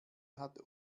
hat